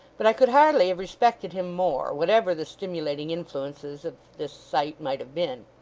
but i could hardly have respected him more, whatever the stimulating influences of this sight might have been.